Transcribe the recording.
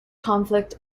conflict